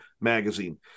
magazine